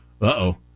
uh-oh